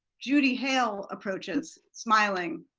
judy hale approaches smiling.